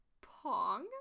Pong